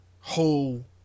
whole